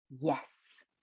Yes